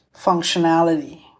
functionality